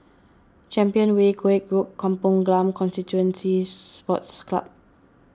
Champion Way Koek Road Kampong Glam Constituency Sports Club